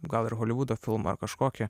gal ir holivudo filmą ar kažkokį